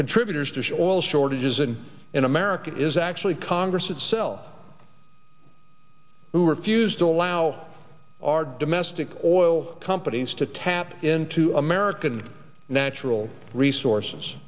contributors to show all shortages and in america is actually congress itself who refused to allow our domestic oil companies to tap into american natural resources